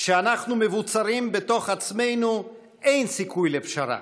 כשאנחנו מבוצרים בתוך עצמנו אין סיכוי לפשרה,